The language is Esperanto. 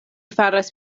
faras